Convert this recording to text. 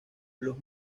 los